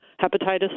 hepatitis